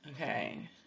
Okay